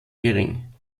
gering